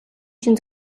чинь